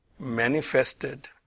manifested